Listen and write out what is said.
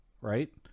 Right